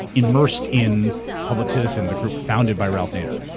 immersed in public citizen, the group founded by ralph nader.